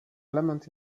element